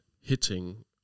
hitting